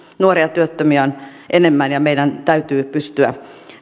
nuoria työttömiä on enemmän ja meidän täytyy pystyä